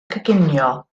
coginio